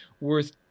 worth